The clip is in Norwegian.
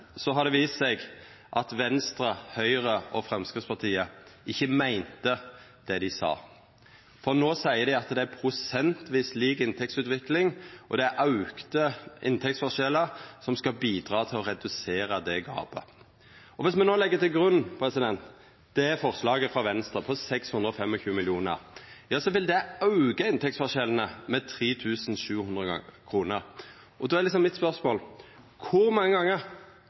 så bra at ein samla komité sa at inntektsmålet for jordbruket skulle vera å redusera inntektsgapet mellom jordbruket og andre grupper. Dessverre har det vist seg at Venstre, Høgre og Framstegspartiet ikkje meinte det dei sa. For no seier dei at det er prosentvis lik inntektsutvikling, og det er auka inntektsforskjellar som skal bidra til å redusera det gapet. Dersom me no legg til grunn forslaget frå Venstre på 625 mill. kr, vil det auka inntektsforskjellane med 3 700 kr. Då er mitt spørsmål: Kor mange